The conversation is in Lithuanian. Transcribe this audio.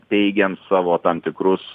teigiant savo tam tikrus